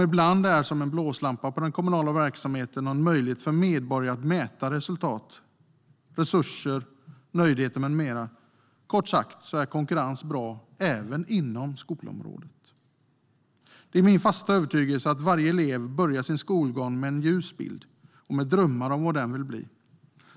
Ibland är de som en blåslampa på den kommunala verksamheten och en möjlighet för medborgare att mäta resultat, resurser, nöjdhet med mera. Kort sagt är konkurrens bra även inom skolområdet. Det är min fasta övertygelse att varje elev börjar sin skolgång med en ljus bild och med drömmar om vad den vill bli.